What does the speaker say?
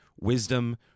wisdom